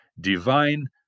divine